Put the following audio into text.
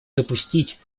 допустить